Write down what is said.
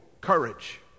courage